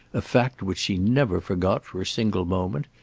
a fact which she never forgot for a single moment,